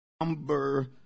Number